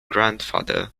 grandfather